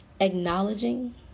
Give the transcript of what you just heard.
acknowledging